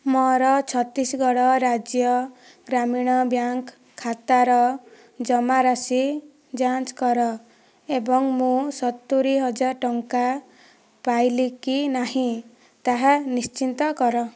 ମୋର ଛତିଶଗଡ଼ ରାଜ୍ୟ ଗ୍ରାମୀଣ ବ୍ୟାଙ୍କ୍ ଖାତାର ଜମାରାଶି ଯାଞ୍ଚ କର ଏବଂ ମୁଁ ସତୁୁରି ହଜାର ଟଙ୍କା ପାଇଲି କି ନାହିଁ ତାହା ନିଶ୍ଚିନ୍ତ କର